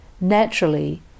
Naturally